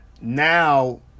now